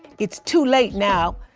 it's too late now.